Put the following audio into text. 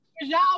Y'all